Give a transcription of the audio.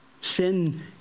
Sin